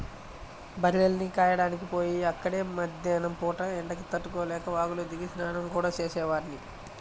బర్రెల్ని కాయడానికి పొయ్యి అక్కడే మద్దేన్నం పూట ఎండకి తట్టుకోలేక వాగులో దిగి స్నానం గూడా చేసేవాడ్ని